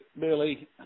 Billy